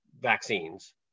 vaccines